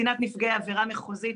קצינת נפגעי עבירה מחוזית.